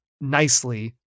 nicely